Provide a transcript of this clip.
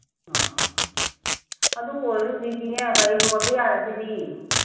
ꯑ ꯑꯗꯨ ꯑꯣꯏꯔꯒ ꯍꯧꯖꯤꯛꯇꯤꯅꯦ ꯒꯥꯔꯤ ꯊꯧꯒꯠꯄ ꯌꯥꯔꯁꯤꯗꯤ